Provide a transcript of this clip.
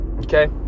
okay